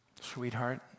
Sweetheart